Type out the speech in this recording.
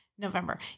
November